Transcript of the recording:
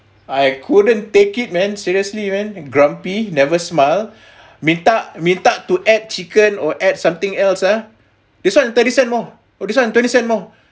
I couldn't take it man seriously man grumpy never smile minta minta to add chicken or add something else ah this one thirty cent more or this one twenty cent more